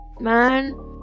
man